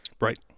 Right